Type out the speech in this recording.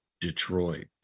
Detroit